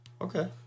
Okay